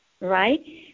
Right